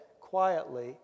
quietly